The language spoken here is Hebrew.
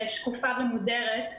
שקופה ומודרת,